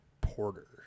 Porter